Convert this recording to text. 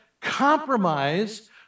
compromise